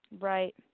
Right